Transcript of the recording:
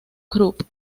krupp